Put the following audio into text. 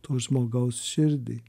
to žmogaus širdį